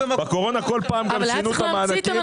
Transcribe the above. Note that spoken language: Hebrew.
בקורונה כל פעם גם שינו את המענקים.